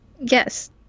yes